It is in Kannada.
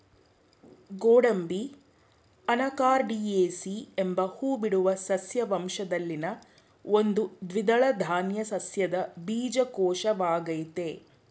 ಗೋಡಂಬಿ ಅನಾಕಾರ್ಡಿಯೇಸಿ ಎಂಬ ಹೂಬಿಡುವ ಸಸ್ಯ ವಂಶದಲ್ಲಿನ ಒಂದು ದ್ವಿದಳ ಧಾನ್ಯ ಸಸ್ಯದ ಬೀಜಕೋಶವಾಗಯ್ತೆ